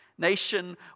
Nation